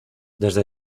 desde